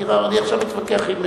אני עכשיו מתווכח.